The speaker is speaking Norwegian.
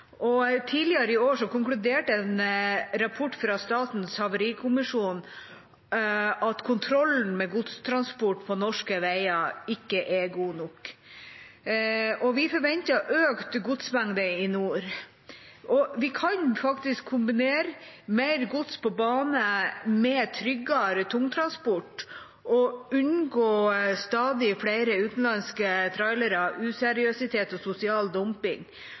Tidligere i år konkluderte en rapport fra Statens havarikommisjon med at kontrollen med godstransport på norske veier ikke er god nok. Vi forventer en økt godsmengde i nord, og vi kan kombinere mer gods på bane med tryggere tungtransport og unngå stadig flere utenlandske trailere, useriøsitet og sosial dumping.